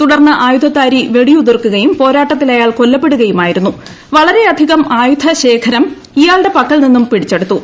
തുടർന്ന് ആയുധധാരി വെടിയുതിർക്കുകയും പോരാട്ടത്തിൽ അയാൾ കൊല്ലപ്പെടുകയുമായിരുന്നുക് വിളരെയധികം ആയുധശേഖരം ഇയാളുടെ പക്കൽനിന്നൂർ പ്പിടിച്ചെടുത്തു